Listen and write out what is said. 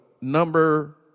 number